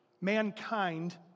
Mankind